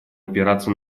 опираться